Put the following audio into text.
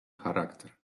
charakter